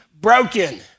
broken